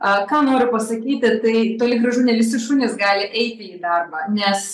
a ką noriu pasakyti tai toli gražu ne visi šunys gali eiti į darbą nes